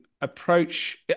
approach